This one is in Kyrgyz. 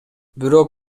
бирок